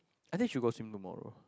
I think should go swimming tomorrow